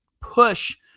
push